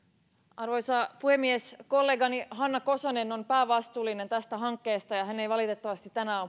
arvoisa puhemies kollegani hanna kosonen on päävastuullinen tästä hankkeesta ja hän ei valitettavasti tänään